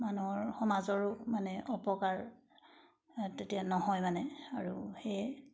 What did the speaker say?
মানুহৰ সমাজৰো মানে অপকাৰ তেতিয়া নহয় মানে আৰু সেইয়াই